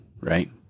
Right